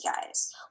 guys